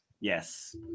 Yes